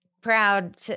proud